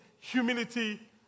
humility